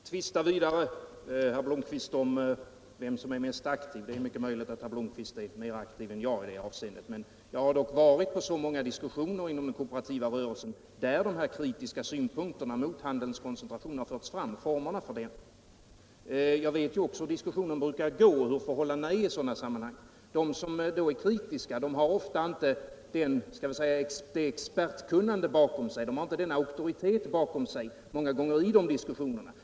Herr talman! Vi skall väl inte, herr Blomkvist, tvista vidare om vem som är mest aktiv. Det är mycket möjligt att herr Blomkvist är mer aktiv än jag i det här avseendet. Jag har dock deltagit i många diskussioner inom den kooperativa rörelsen, där de här kritiska synpunkterna mot formerna för handelns koncentration har förts fram. Jag vet också hur diskussionen brukar gå och hur förhållandena är i sådana sammanhang. De som är kritiska har ofta inte det expertkunnande och den auktoritet bakom sig som erfordras i de diskussionerna.